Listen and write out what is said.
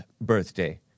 birthday